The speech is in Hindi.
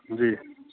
जी